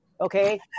okay